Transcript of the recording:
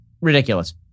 Ridiculous